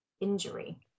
injury